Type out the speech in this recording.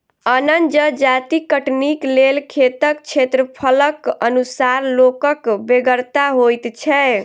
अन्न जजाति कटनीक लेल खेतक क्षेत्रफलक अनुसार लोकक बेगरता होइत छै